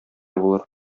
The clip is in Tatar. булыр